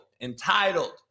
entitled